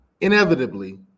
inevitably